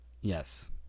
Yes